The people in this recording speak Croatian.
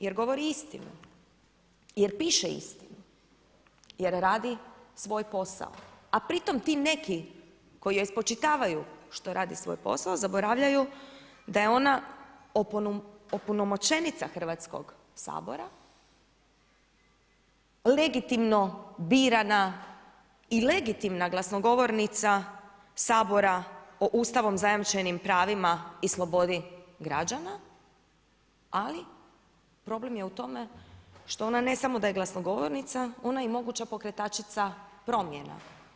Jer govori istinu, jer piše istinu, jer radi svoj posao, a pri tom ti neki koji joj spočitavaju što radi svoj posao zaboravljaju da je ona opunomoćenica Hrvatskog sabora, legitimno birana i legitimna glasnogovornica Sabora o ustavom zajamčenim pravima i slobodi građana, ali problem je u tome što ona ne samo da je glasnogovornica, ona je i moguća pokretačica promjena.